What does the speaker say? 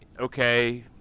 Okay